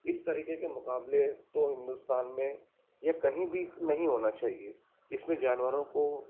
اس طریقے کے مقابلے تو ہندوستان میں یا کہیں بھی نہیں ہونا چاہیے جس میں جانوروں کو